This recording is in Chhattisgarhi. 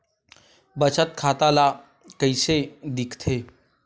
बचत खाता ला कइसे दिखथे?